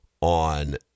on